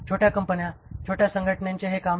छोट्या कंपन्या छोट्या संघटनांचे हे काम नाही